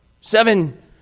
seven